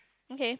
okay